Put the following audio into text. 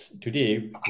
Today